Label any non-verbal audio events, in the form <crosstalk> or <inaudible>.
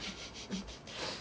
<laughs>